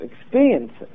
experiences